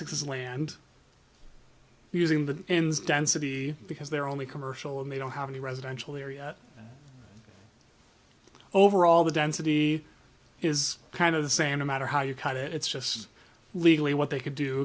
six land using the density because they're only commercial and they don't have any residential area overall the density is kind of the same no matter how you cut it it's just legally what they could do